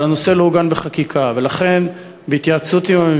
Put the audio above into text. אבל הנושא לא עוגן בחקיקה.